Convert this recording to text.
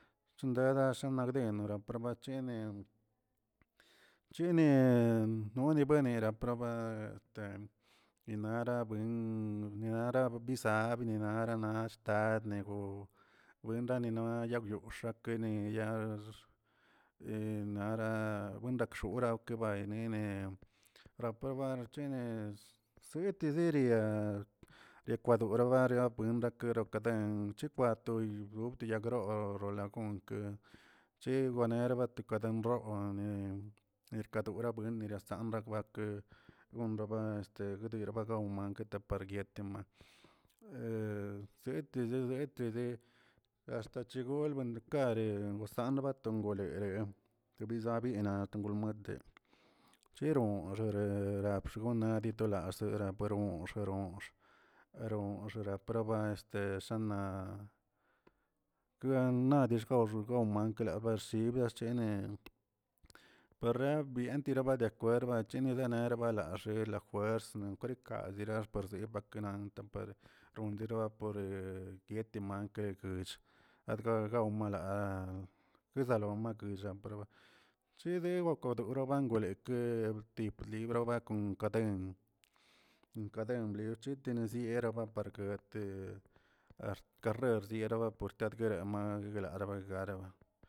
Par machini chini nona banuenina raba este inara buin ninara bisabna naranachta negoo nennani yagyoox gakene yaax nara buendekxai benene rapraba buerchene sete diría licuadora bargaritbe rakoda kaden chikwatoyib to yagror la gonkə, cherbanebra tokache nrooni, erkadora buen rakbakə gonraba este yirbagaw mankə par guietema, zetedi zetedi axta chegon benkare gozambana tongorereꞌ ti biza bina tongolmuete, cheron xenxe labxiogani toda será paronxə ronxə per xonx oraparbata este shana kenadi xkazi xgonxgon bankla basibə chene perra bien parabitba deakwerba chinilerb laxe lajuers nokre kadira rondia parbue yikieti mankegech adgawmala kezalon makilla chede bakodono kwen bagora ke wtip libra bagon gaden- gaden chitini zieraa para guete axt karrer sierraba par biear katguerema.